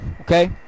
Okay